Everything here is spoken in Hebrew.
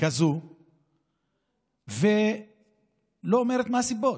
כזאת ולא אומרת מה הסיבות?